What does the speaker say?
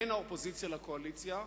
בין האופוזיציה לקואליציה,